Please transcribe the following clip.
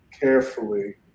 carefully